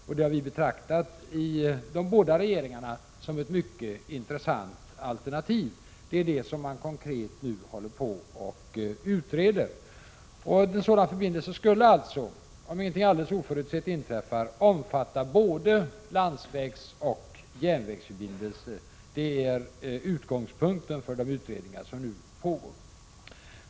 Detta har vi i de båda regeringarna betraktat som ett mycket intressant alternativ. Det är alltså det som man nu konkret utreder. En sådan förbindelse skulle, om inte något alldeles oförutsett inträffar, omfatta både en landsvägsoch en järnvägsförbindelse. Detta är utgångs punkten för de utredningar som pågår.